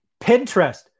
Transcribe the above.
Pinterest